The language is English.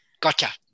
gotcha